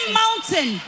mountain